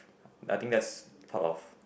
nothing less part of